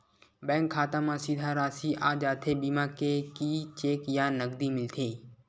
Bank खाता मा सीधा राशि आ जाथे बीमा के कि चेक या नकदी मिलथे?